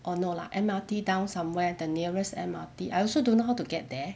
orh no lah M_R_T down somewhere the nearest M_R_T I also don't know how to get there